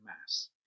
mass